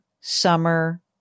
summer